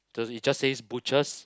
the it just says butchers